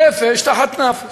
נפש תחת נפש.